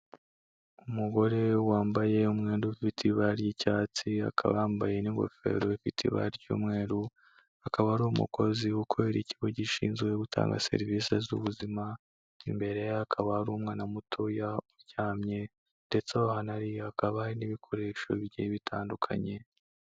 Umugore wambaye umwenda ufite ibara ry'icyatsi, akaba yambaye n'ingofero ifite ibara ry'umweru, akaba ari umukozi ukorera ikigo gishinzwe gutanga serivisi z'ubuzima imbere ye hakaba hari umwana mutoya uryamye ndetse aho hantu ari hakaba hari n'ibikoresho bigiye, bitandukanye.